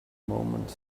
moment